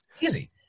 Easy